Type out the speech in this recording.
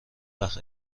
وقت